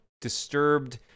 disturbed